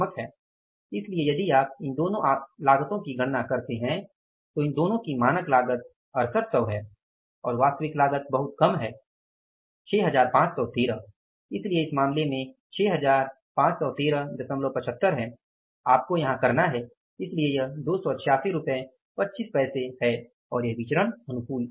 इसलिए यदि आप इन दोनों लागतों की गणना करते हैं तो इन दोनों की मानक लागत 6800 है और वास्तविक लागत बहुत कम है 65 6513 है इसलिए इस मामले में 651375 है आपको यहां करना है इसलिए यह 28625 है और यह विचरण अनुकूल आया है